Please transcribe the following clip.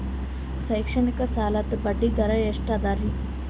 ಶೈಕ್ಷಣಿಕ ಸಾಲದ ಬಡ್ಡಿ ದರ ಎಷ್ಟು ಅದರಿ?